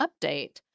update